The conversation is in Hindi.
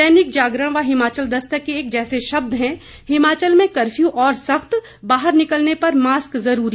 दैनिक जागरण व हिमाचल दस्तक के एक जैसे शब्द हैं हिमाचल में कफ्र्यू और सख्त बाहर निकलने पर मास्क जरूरी